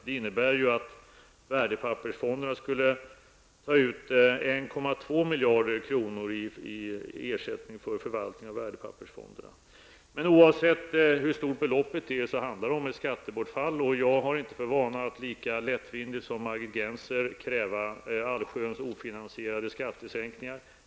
Det innebär att värdepappersfonderna skulle ta ut 1,2 miljarder kronor i ersättning för förvaltning av värdepappersfonderna. Oavsett hur stort beloppet är handlar det om ett skattebortfall. Jag har inte för vana att kräva allsköns ofinansierade skattesänkningar lika lättvindigt som Margit Gennser.